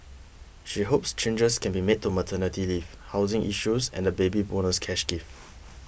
she hopes changes can be made to maternity leave housing issues and the Baby Bonus cash gift